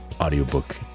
audiobook